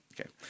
Okay